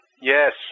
Yes